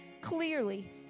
clearly